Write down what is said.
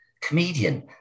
comedian